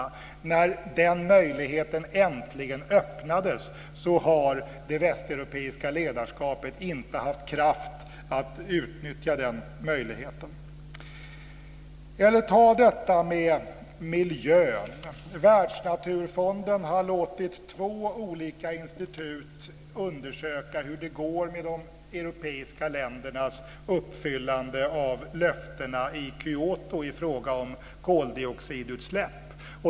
Nu när den möjligheten äntligen har öppnats har det västeuropeiska ledarskapet inte haft kraft att utnyttja den möjligheten. Sedan har vi detta med miljön. Världsnaturfonden har låtit två olika institut undersöka hur det går med de europeiska ländernas uppfyllande av löftena i Kyoto i fråga om koldioxidutsläpp.